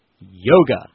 Yoga